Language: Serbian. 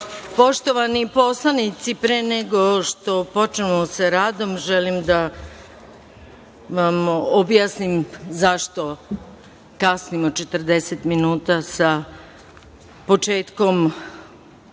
Poštovani poslanici, pre nego što počnemo sa radom, želim da vam objasnim zašto kasnimo 40 minuta sa početkom